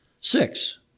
Six